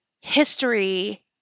history